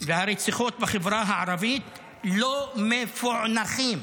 והרציחות בחברה הערבית לא מפוענחים.